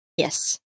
Yes